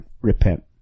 repent